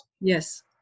Yes